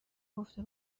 گفته